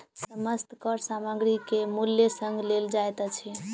समस्त कर सामग्री के मूल्य संग लेल जाइत अछि